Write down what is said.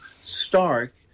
stark